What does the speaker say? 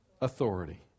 Authority